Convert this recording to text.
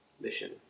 mission